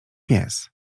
pies